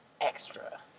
Extra